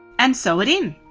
and sew it in.